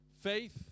faith